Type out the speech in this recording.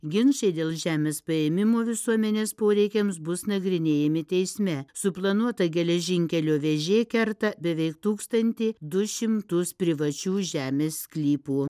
ginčai dėl žemės paėmimo visuomenės poreikiams bus nagrinėjami teisme suplanuota geležinkelio vėžė kerta beveik tūkstantį du šimtus privačių žemės sklypų